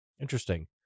Interesting